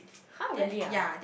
!huh! really ah